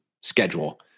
schedule